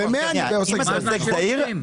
ב-100 אני בעוסק זעיר.